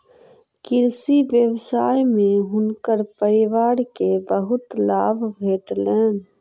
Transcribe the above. कृषि व्यवसाय में हुनकर परिवार के बहुत लाभ भेटलैन